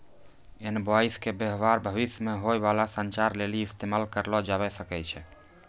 invoice के व्य्वहार भविष्य मे होय बाला संचार लेली इस्तेमाल करलो जाबै सकै छै